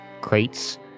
crates